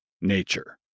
nature